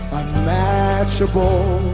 unmatchable